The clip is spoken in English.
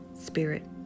spirit